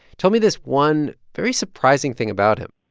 told me this one very surprising thing about him.